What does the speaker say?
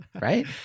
right